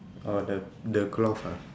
orh the the cloth ah